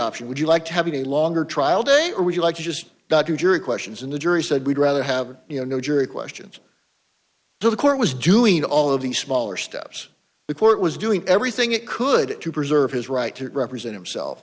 option would you like having a longer trial day or would you like to just doctor jury questions in the jury said we'd rather have you know no jury questions the court was doing all of these smaller steps the court was doing everything it could to preserve his right to represent himself